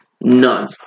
None